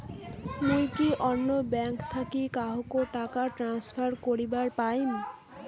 মুই কি অন্য ব্যাঙ্ক থাকি কাহকো টাকা ট্রান্সফার করিবার পারিম?